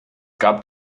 gab